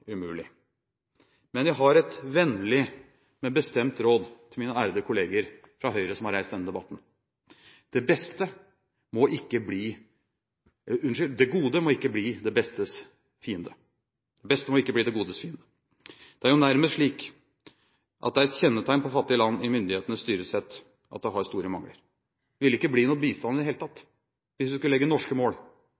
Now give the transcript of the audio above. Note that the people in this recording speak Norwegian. umulig. Men jeg har et vennlig, men bestemt råd til mine ærede kolleger fra Høyre som har reist denne debatten: Det beste må ikke bli det godes fiende! Det er jo nærmest slik at det er et kjennetegn på fattige land at myndighetenes styresett har store mangler. Det ville ikke bli noe bistand i det hele tatt